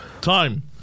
time